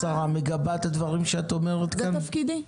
זה תפקידי.